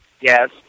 Yes